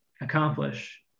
accomplish